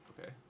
Okay